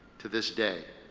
to this day.